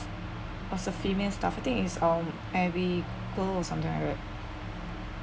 was a female staff I think is um abigail or something like that